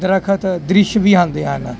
ਦਰਖਤ ਦ੍ਰਿਸ਼ ਵੀ ਆਉਂਦੇ ਹਨ